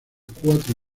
cuatro